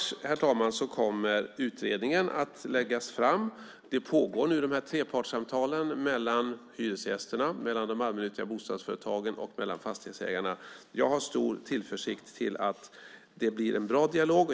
Den sista mars kommer utredningen att läggas fram. Trepartssamtalen mellan hyresgästerna, de allmännyttiga bostadsföretagen och fastighetsägarna pågår. Jag har stor tillförsikt till att det blir en bra dialog.